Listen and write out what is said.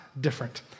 different